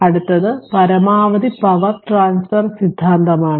അടുത്തത് പരമാവധി power transfer സിദ്ധാന്തമാണ്